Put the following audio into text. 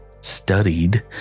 studied